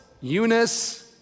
Eunice